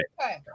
Okay